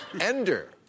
Ender